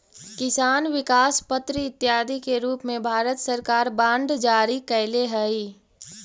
किसान विकास पत्र इत्यादि के रूप में भारत सरकार बांड जारी कैले हइ